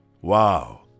Wow